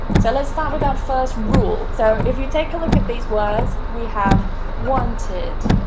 so let's start with that first rule. so, if you take a look at these words we have wanted,